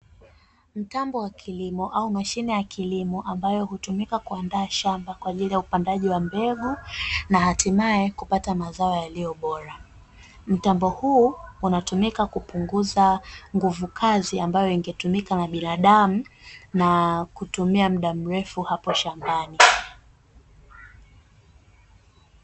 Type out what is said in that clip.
Mtambo wa kilimo au mashine ya kilimo ambayo hutumika kuandaa shamba kwa ajili ya upandaji wa mbegu na hatimaye kupata mazao yaliyo bora. Mtambo huu unatumika kupunguza nguvu kazi ambayo ingetumika na binadamu na kutumia muda mrefu hapo shambani .